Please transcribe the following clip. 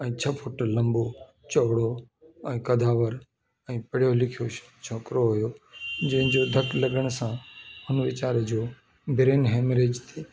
ऐं छह फुट लंबो चोड़ो ऐं कदावर ऐं पढ़ियो लिखियो हो छोकिरो हुयो जेंजो धक लॻण सां हुन वीचारे जो ब्रेन हैमरेज थी वियो